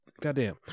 goddamn